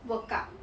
workout